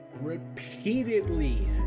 repeatedly